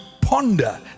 ponder